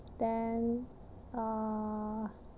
then uh